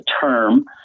term